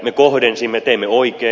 me kohdensimme teimme oikein